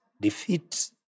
defeat